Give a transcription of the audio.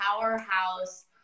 powerhouse